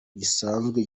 gisanzwe